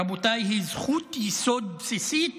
רבותיי, היא זכות יסוד בסיסית.